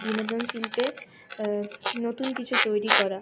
বিনোদন শিল্পে নতুন কিছু তৈরি করা